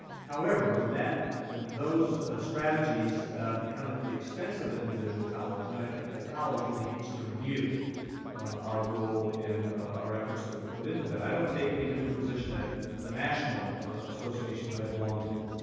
however, when that when those strategies become at the expense of an individual college, and i think that college really needs to review our role and our efforts that we put into that. i don't take any different position at the national association that i belong to.